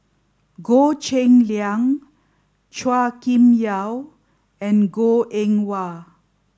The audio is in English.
Goh Cheng Liang Chua Kim Yeow and Goh Eng Wah